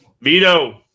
Veto